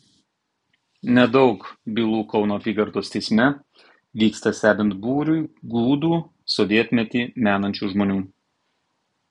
nedaug bylų kauno apygardos teisme vyksta stebint būriui gūdų sovietmetį menančių žmonių